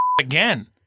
again